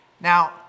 Now